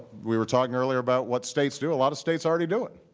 we were talking earlier about what states do a lot of states already do it.